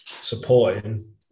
supporting